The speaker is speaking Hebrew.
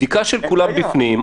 בדיקה של כולם בפנים,